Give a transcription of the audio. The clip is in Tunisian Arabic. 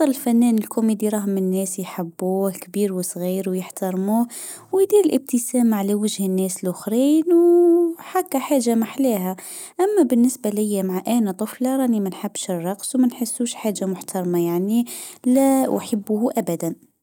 الفنان الكوميدي راه من ياس يحبوه كبير وصغير ويحترموه ويدير الابتسامة على وجه الناس لخرين حتى حاجة ماحلاها اما بالنسبة ليا انا طفلة راني ما نحبش الرقص وما نحسوش حاجة محترمة يعني. لا احبه ابدا